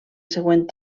següent